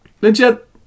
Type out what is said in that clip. legit